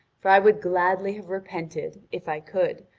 for i would gladly have repented, if i could,